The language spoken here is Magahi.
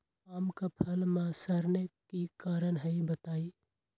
आम क फल म सरने कि कारण हई बताई?